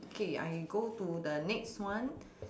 K I go to the next one